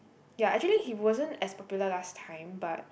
ya actually he wasn't as popular last time but